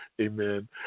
amen